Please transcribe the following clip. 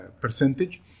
percentage